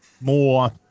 more